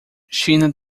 china